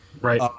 Right